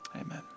Amen